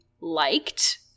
liked